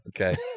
Okay